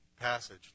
passage